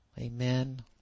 Amen